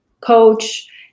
coach